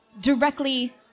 directly